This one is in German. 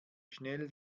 schnell